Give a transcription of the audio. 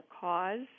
cause